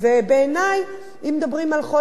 אם מדברים על חוסן התא המשפחתי,